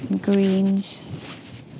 greens